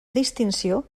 distinció